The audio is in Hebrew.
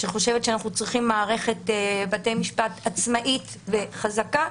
שחושבת שאנחנו צריכים מערכת בתי משפט עצמאית וחזקה,